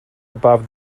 above